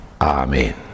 Amen